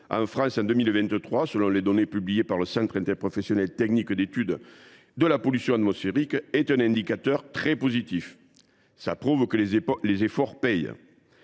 en France, en 2023, selon les données publiées par le Centre interprofessionnel technique d’études de la pollution atmosphérique (Citepa), est un indicateur très positif. Cela prouve que les efforts paient.